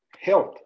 health